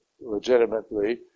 legitimately